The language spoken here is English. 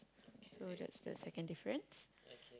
so that's the second difference